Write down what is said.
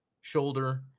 shoulder